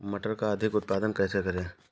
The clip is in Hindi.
मटर का अधिक उत्पादन कैसे करें?